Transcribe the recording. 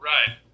Right